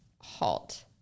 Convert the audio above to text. halt